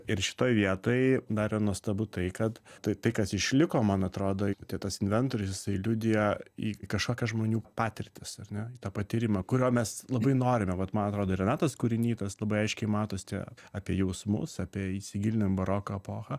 ir šitoj vietoj dar yra nuostabu tai kad tai tai kas išliko man atrodo tie tas inventorius jis liudija į kažkokias žmonių patirtis ar ne tą patyrimą kurio mes labai norime vat man atrodo ir renatos kūriny tas labai aiškiai matos tie apie jausmus apie įsigilinam į baroko epochą